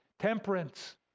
temperance